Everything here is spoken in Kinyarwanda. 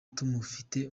tumufite